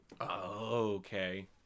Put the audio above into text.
okay